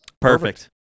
Perfect